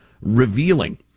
revealing